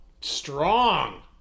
Strong